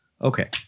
Okay